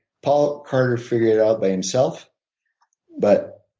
paul carter figured it out by himself but